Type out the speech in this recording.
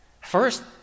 First